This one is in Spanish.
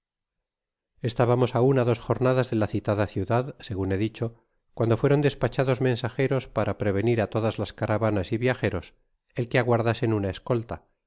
estábamos aun á dos jornadas de la citada ciudad segun he dicho cuando fueron despachados mensajeros para prevenir á todas las caravanas y viajeros el que aguardasen una escolta